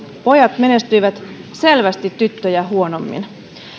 pojat menestyivät selvästi tyttöjä huonommin